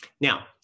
Now